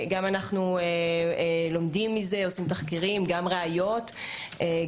לכן אנחנו חושבים שיש קושי לעגן בחקיקה ראשית את